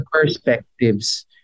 perspectives